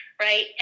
right